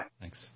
Thanks